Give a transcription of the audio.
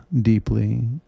deeply